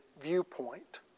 viewpoint